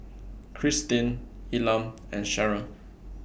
Kristyn Elam and Sharon